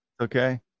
okay